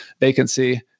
vacancy